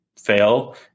fail